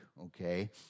okay